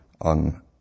on